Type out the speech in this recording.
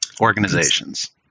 organizations